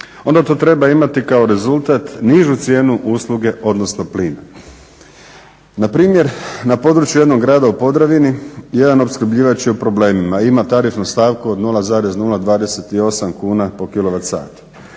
onda to treba imati kako rezultat nižu cijenu usluge odnosno plina. Npr. na području jednog grada u Podravini, jedan opskrbljivač je u problemima, ima tarifnu stavku od 0,028 kuna po